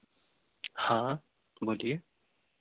हाँ हाँ बोलिए